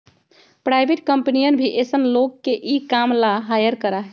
private कम्पनियन भी ऐसन लोग के ई काम ला हायर करा हई